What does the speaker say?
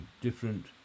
different